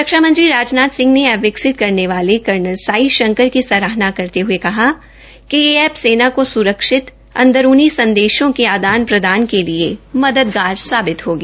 रक्षा मंत्री रा नाथ सिंह ने एप्प विकसित करने वाले कर्नल साई शंकर की सराहना करते हये कि ये एप्प सेना को सुरक्षित अंदरूणी संदेशों के आदान प्रदान के लिए मददगार होगी